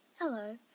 Hello